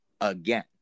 again